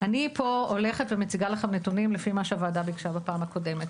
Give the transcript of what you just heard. אני פה הולכת ומציגה לכם נתונים לפי מה שהוועדה ביקשה בפעם הקודמת.